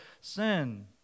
sin